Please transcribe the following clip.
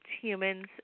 humans